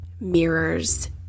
mirrors